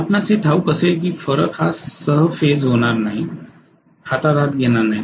आपणास हे ठाऊक असेल की फरक हा सह फेज होणार नाही त्यांचा निकटचा संबंध नाही